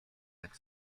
jak